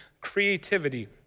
Creativity